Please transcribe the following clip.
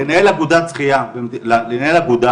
לנהל אגודת שחיה, לנהל אגודה